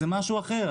זה משהו אחר.